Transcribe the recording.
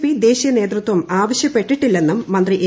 P ദേശീയ നേതൃത്വം ആവശ്യപ്പെട്ടിട്ടില്ലെന്നും മന്ത്രി എ